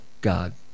God